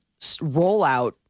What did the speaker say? rollout